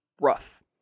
rough